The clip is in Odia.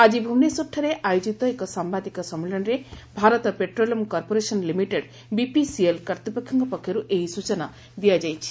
ଆଜି ଭୁବନେଶ୍ୱରଠାରେ ଆୟୋଜିତ ଏକ ସାମ୍ବାଦିକ ସଶ୍ଳିଳନୀରେ ଭାରତୀୟ ପେଟ୍ରୋଲିୟମ କର୍ପୋରେସନ ଲିମିଟେଡ ବିପିସିଏଲ କର୍ତ୍ତ୍ ପକ୍ଷଙଙକ ପକ୍ଷରୁ ଏହି ସୂଚନା ଦିଆଯାଇଛି